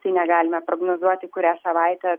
tai negalime prognozuoti kurią savaitę